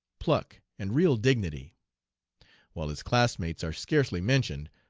pluck, and real dignity while his classmates are scarcely mentioned,